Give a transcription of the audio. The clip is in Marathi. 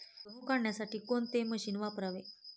गहू काढण्यासाठी कोणते मशीन वापरावे?